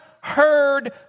heard